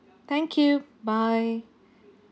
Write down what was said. thank you bye